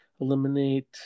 eliminate